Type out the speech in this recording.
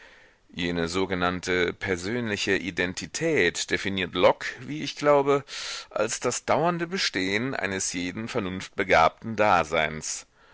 jene sogenannte persönliche identität definiert locke wie ich glaube als das dauernde bestehen eines jeden vernunftbegabten daseins